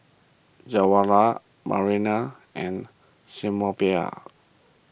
Jawaharlal Naraina and Sinnathamby